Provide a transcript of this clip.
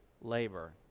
labor